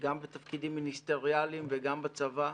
גם בתפקידים מיניסטריאליים וגם בצבא.